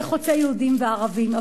זה חוצה יהודים וערבים,